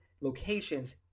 locations